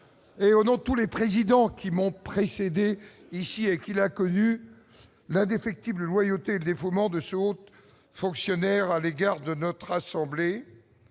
et au nom de tous les présidents qui m'ont précédé ici et qu'il a connu l'indéfectible loyauté dévouement de haute fonctionnaire à l'égard de notre assemblée,